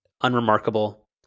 unremarkable